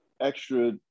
extra